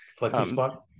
FlexiSpot